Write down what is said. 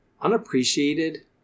unappreciated